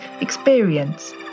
experience